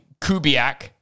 Kubiak